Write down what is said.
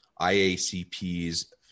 IACP's